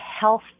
health